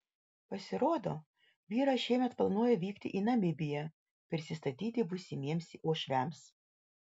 pasirodo vyras šiemet planuoja vykti į namibiją prisistatyti būsimiems uošviams